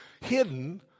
hidden